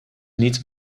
niet